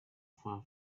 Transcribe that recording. far